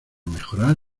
mejorar